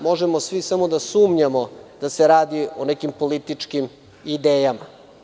Možemo svi samo da sumnjamo da se radi o nekim političkim idejama.